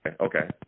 okay